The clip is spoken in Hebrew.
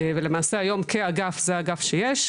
ולמעשה היום כאגף זה האגף שיש.